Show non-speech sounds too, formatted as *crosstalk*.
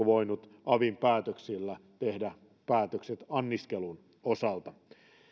*unintelligible* voinut avin päätöksillä tehdä päätökset anniskelun osalta